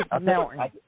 Mountain